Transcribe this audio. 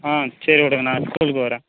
சரி விடுங்க நான் ஸ்கூலுக்கு வர்றேன்